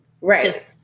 Right